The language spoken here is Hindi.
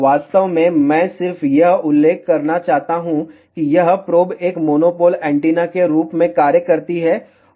वास्तव में मैं सिर्फ यह उल्लेख करना चाहता हूं कि यह प्रोब एक मोनोपोल एंटीना के रूप में कार्य करती है